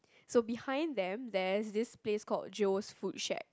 so behind them there's this place called Joe's food shack